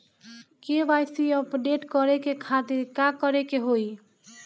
KYC update करे के खातिर का करे के होई?